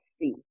see